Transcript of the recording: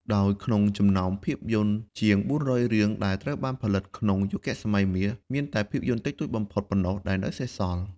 ដោយក្នុងចំណោមភាពយន្តជាង ៤០០ រឿងដែលត្រូវបានផលិតក្នុង យុគសម័យមាស មានតែភាពយន្តតិចតួចបំផុតប៉ុណ្ណោះដែលនៅសេសសល់។